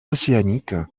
océanique